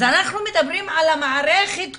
אז אנחנו מדברים על המערכת כולה,